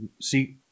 see